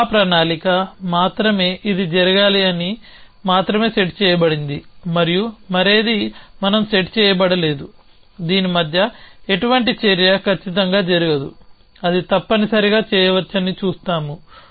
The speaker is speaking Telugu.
కానీ మా ప్రణాళిక మాత్రమే ఇది జరగాలి అని మాత్రమే సెట్ చేయబడింది మరియు మరేదీ మనం సెట్ చేయబడలేదు దీని మధ్య ఎటువంటి చర్య ఖచ్చితంగా జరగదు అది తప్పనిసరిగా చేయవచ్చని చూస్తాము